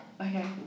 Okay